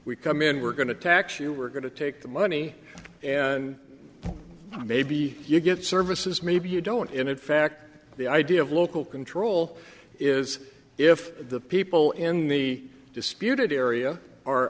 we come in we're going to tax you we're going to take the money and maybe you get services maybe you don't and in fact the idea of local control is if the people in the disputed area are